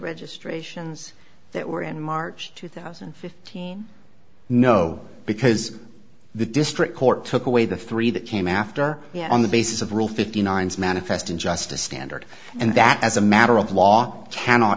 registrations that were in march two thousand and fifteen no because the district court took away the three that came after on the basis of rule fifty nine manifest injustice standard and that as a matter of law cann